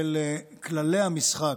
של כללי המשחק,